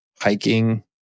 hiking